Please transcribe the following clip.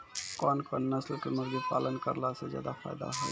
कोन कोन नस्ल के मुर्गी पालन करला से ज्यादा फायदा होय छै?